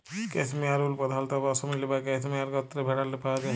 cashmere wool পধালত পশমিলা বা ক্যাসমোয়ার গত্রের ভেড়াল্লে পাউয়া যায়